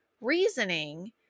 reasoning